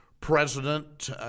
president